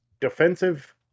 defensive